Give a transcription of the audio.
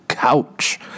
Couch